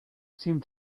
seemed